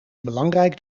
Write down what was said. belangrijk